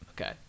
okay